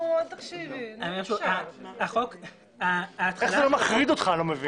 אני לא מבין איך זה לא מחריד אותך.